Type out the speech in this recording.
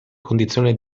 condizione